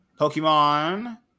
Pokemon